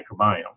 microbiome